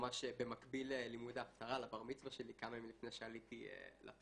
ממש במקביל ללימוד ההפטרה לבר מצווה שלי כמה ימים לפני שעליתי לתורה.